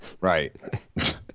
Right